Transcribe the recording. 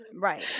Right